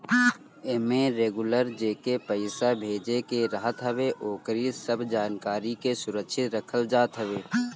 एमे रेगुलर जेके पईसा भेजे के रहत हवे ओकरी सब जानकारी के सुरक्षित रखल जात हवे